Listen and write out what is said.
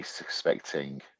expecting